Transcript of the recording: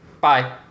Bye